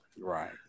Right